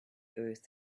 earth